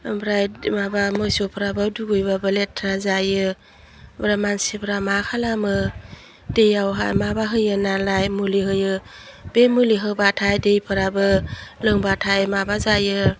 आमफ्राय माबा मोसौफ्राबो दुगैबाबो लेथ्रा जायो आमफ्राय मानसिफ्रा मा खालामो दैयावहा माबा होयै नालाय मुलि होयो बे मुलि होबाथाय दैफ्राबो लोंबाथाय माबा जायो